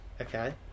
okay